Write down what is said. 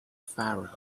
pharaoh